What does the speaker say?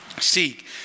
Seek